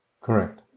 Correct